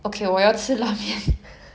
乌冬面 okay